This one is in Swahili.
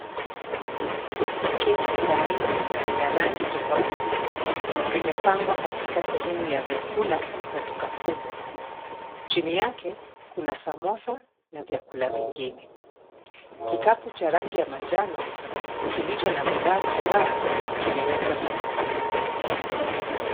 Keki za aina na rangi tofauti zimepangwa katika sehemu ya vyakula kwa duka kubwa, chini yake kuna samosa na vyakula vingine . Kikapu cha rangi ya manjano kilicho na bidhaa kadhaa kimewekwa sakafuni.